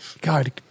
God